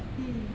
mm